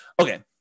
Okay